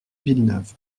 villeneuve